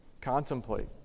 contemplate